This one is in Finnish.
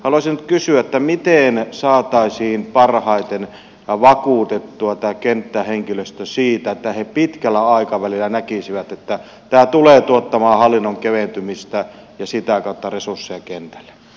haluaisin nyt kysyä miten saataisiin parhaiten vakuutettua tämä kenttähenkilöstö siitä että he pitkällä aikavälillä näkisivät että tämä tulee tuottamaan hallinnon keventymistä ja sitä kautta resursseja kentälle